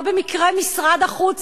לא במקרה משרד החוץ,